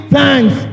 thanks